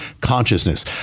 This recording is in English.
consciousness